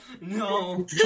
No